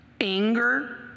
anger